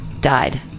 died